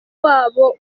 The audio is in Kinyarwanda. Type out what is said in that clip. wabo